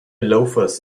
loafers